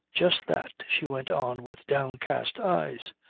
just that, she went on with downcast eyes.